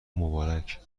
مبارک